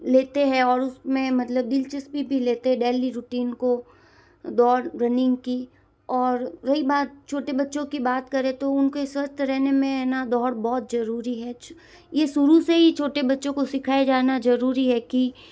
लेते हैं और उस में मतलब दिलचस्पी भी लेते डेली रूटीन को दौड़ रनिंग की और रही बात छोटे बच्चों की बात करें तो उनके स्वस्थ रहने में है ना दौड़ बहुत ज़रूरी है ये शुरू से ही छोटे बच्चों को सिखाया जाना ज़रूरी है कि